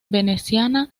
veneciana